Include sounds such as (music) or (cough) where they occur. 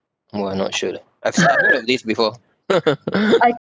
!wah! I'm not sure leh I stumbled on this before (laughs)